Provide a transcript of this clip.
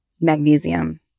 Magnesium